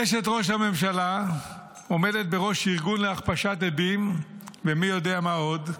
אשת ראש הממשלה עומדת בראש ארגון להכפשת עדים ומי יודע מה עוד.